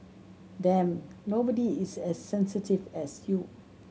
damn nobody is as sensitive as you